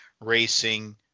Racing